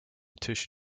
tisch